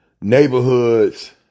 neighborhoods